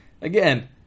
again